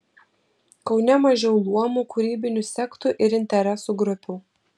kaune mažiau luomų kūrybinių sektų ir interesų grupių